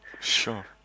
Sure